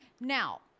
Now